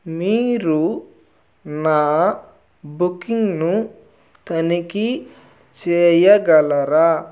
మీరు నా బుకింగ్ను తనిఖీ చేయగలరా